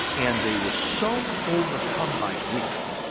and they were so overcome by grief,